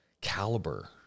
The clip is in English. caliber